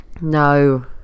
No